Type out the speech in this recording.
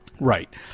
right